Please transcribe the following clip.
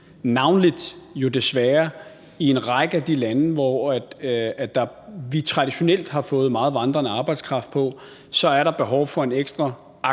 navnlig desværre i en række af de lande, hvor vi traditionelt har fået meget vandrende arbejdskraft fra, er behov for en ekstra agtpågivenhed.